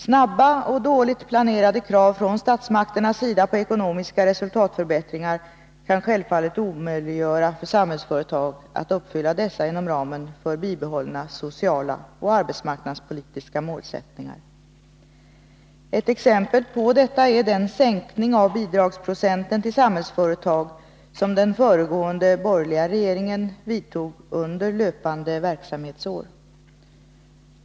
Snabba och dåligt planerade krav från statsmakternas sida på ekonomiska resultatförbättringar kan självfallet omöjliggöra för Samhällsföretag att uppfylla dessa krav inom ramen för bibehållna sociala och arbetsmarknadspolitiska målsättningar. Ett exempel på detta är den sänkning av bidragsprocenten till Samhällsföretag som den föregående borgerliga regeringen vidtog under löpande verksamhetsår.